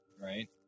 right